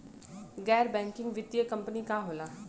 गैर बैकिंग वित्तीय कंपनी का होला?